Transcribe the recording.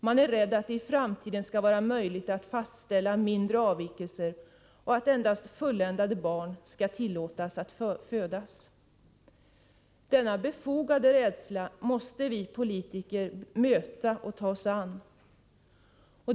Man är rädd för att det i framtiden skall bli möjligt att fastställa mindre avvikelser och att endast fulländade barn skall tillåtas att födas. Denna befogade rädsla måste vi politiker möta och ta oss an.